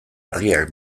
argiak